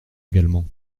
également